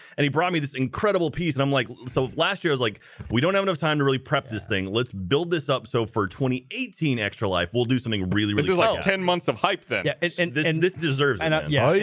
and he brought me this incredible piece and i'm like so last year was like we don't have enough time to really prep this thing let's build this up so for eighteen extra life we'll do something really really well ten months of hype that yeah this and this deserves and yeah yeah,